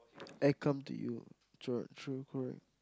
I come to you true true correct